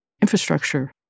infrastructure